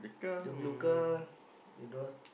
the blue car the door